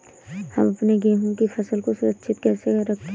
हम अपने गेहूँ की फसल को सुरक्षित कैसे रखें?